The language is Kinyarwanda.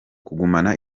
kugumana